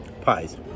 pies